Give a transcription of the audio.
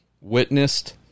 witnessed